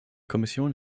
kommission